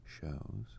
shows